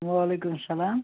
وَعَلیکُم السَلام